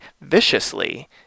viciously